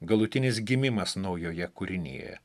galutinis gimimas naujoje kūrinijoje